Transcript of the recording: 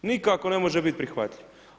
Nikako ne može biti prihvatljivo.